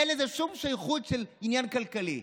אין לזה שום שייכות לעניין כלכלי.